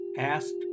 Asked